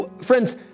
Friends